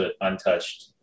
untouched